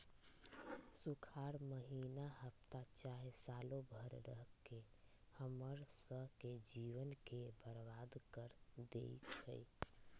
सुखार माहिन्ना हफ्ता चाहे सालों भर रहके हम्मर स के जीवन के बर्बाद कर देई छई